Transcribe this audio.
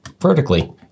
vertically